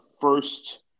first